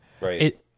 right